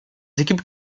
équipes